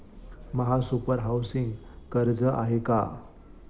महासुपर हाउसिंग कर्ज आहे का?